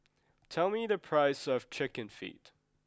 tell me the price of chicken feet